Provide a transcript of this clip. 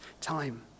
time